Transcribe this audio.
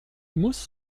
muss